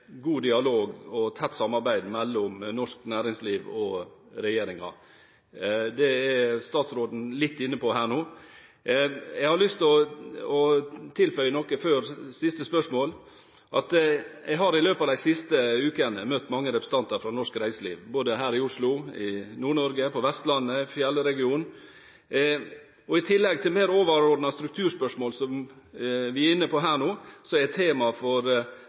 god dialog og tett samarbeid mellom norsk næringsliv og regjeringen. Det er statsråden litt inne på her nå. Jeg har lyst til å tilføye noe før siste spørsmål. Jeg har i løpet av de siste ukene møtt mange representanter fra norsk reiseliv, både her i Oslo, i Nord-Norge, på Vestlandet og i fjellregionen, og i tillegg til mer overordnede strukturspørsmål som vi er inne på her nå, har temaer som tidsrammer for